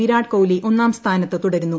വിരാട് കോഹ്ലി ഒന്നാം സ്ഥാനത്ത് തുടരുന്നു